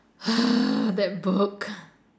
that book